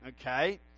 Okay